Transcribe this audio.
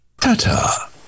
Ta-ta